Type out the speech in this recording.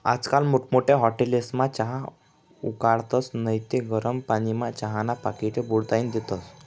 आजकाल मोठमोठ्या हाटेलस्मा चहा उकाळतस नैत गरम पानीमा चहाना पाकिटे बुडाईन देतस